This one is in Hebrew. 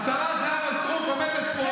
השרה זהבה סטרוק עומדת פה,